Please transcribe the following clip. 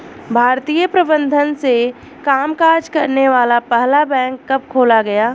भारतीय प्रबंधन से कामकाज करने वाला पहला बैंक कब खोला गया?